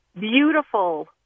beautiful